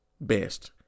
best